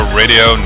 radio